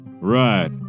Right